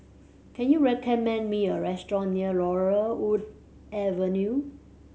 can you recommend me a restaurant near Laurel Wood Avenue